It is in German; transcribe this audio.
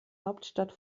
hauptstadt